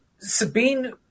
Sabine